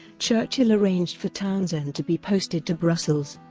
churchill arranged for townsend to be posted to brussels.